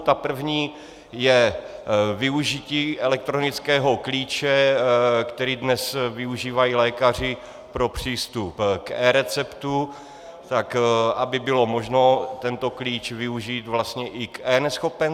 Ta první je využití elektronického klíče, který dnes využívají lékaři pro přístup k eReceptu, tak aby bylo možno tento klíč využít vlastně i k eNeschopence.